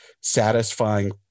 satisfying